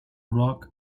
rug